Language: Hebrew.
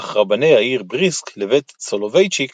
אך רבני העיר בריסק לבית סולובייצ'יק